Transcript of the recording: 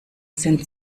sind